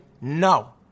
no